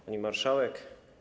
Pani Marszałek!